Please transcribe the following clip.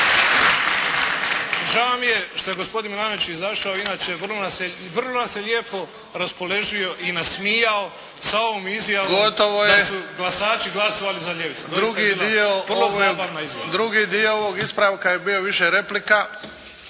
Drugi dio ovog ispravka je bio više replika.